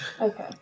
Okay